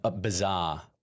bizarre